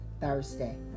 Thursday